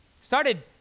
Started